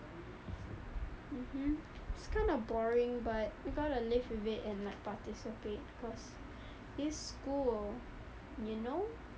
mmhmm it's kind of boring but you gotta live with it and like participate cause it's school you know